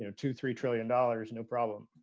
you know two three trillion dollars no problem